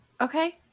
okay